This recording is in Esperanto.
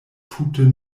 tute